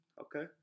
Okay